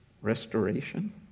restoration